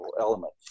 element